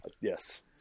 Yes